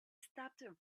stopped